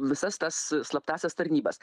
visas tas a slaptąsias tarnybas